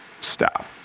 stop